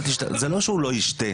זה לא שהוא לא ישתה.